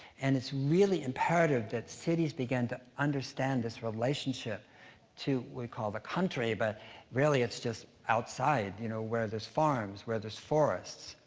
and it's really imperative that cities begin to understand this relationship to what we call the country, but really it's just outside you know, where there's farms, where there's forests.